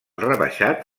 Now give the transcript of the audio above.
rebaixat